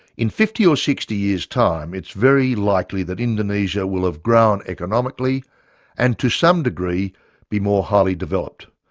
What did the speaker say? in fifty or sixty years time, it's very likely that indonesia will have grown economically and to some degree be more highly developed.